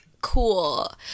cool